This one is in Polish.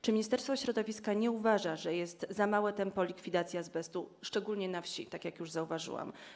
Czy ministerstwo środowiska nie uważa, że jest za małe tempo likwidacji azbestu szczególnie na wsi, tak jak już zauważyłam?